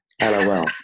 LOL